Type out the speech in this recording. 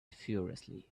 furiously